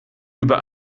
über